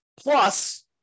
Plus